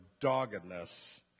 doggedness